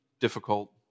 difficult